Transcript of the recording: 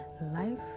Life